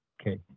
Okay